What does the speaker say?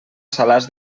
salàs